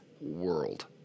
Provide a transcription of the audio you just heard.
world